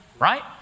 Right